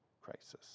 crisis